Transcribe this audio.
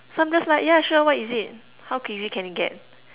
so I'm just like yeah sure what is it how crazy can it get